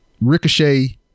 Ricochet